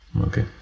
Okay